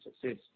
success